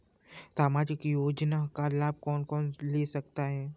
सामाजिक योजना का लाभ कौन कौन ले सकता है?